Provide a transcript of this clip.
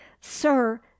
sir